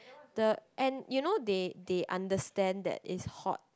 the end you know they they understand that it's hot